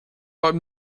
but